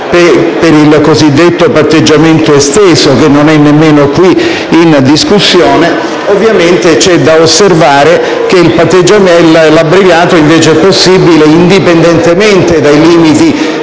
per il cosiddetto patteggiamento esteso, che non è neanche qui in discussione. Ovviamente c'è da osservare che l'abbreviato è possibile indipendentemente dai limiti